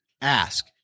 ask